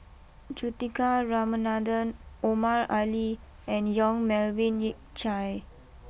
Juthika Ramanathan Omar Ali and Yong Melvin Yik Chye